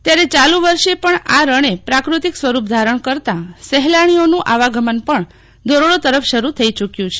ત્યારે ચાલુ વર્ષ પણ આ રણે પ્રાકૃતિક સ્વરૂપ ધારણ કરતાં સહેલાણીઓનું આવાગમન પણ ધોરડો તરફ શરૂ થઈ ચુકયું છે